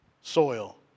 soil